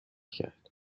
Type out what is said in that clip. کرد